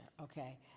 Okay